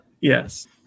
Yes